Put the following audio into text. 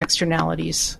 externalities